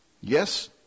Yes